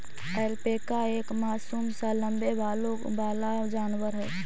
alpaca एक मासूम सा लम्बे बालों वाला जानवर है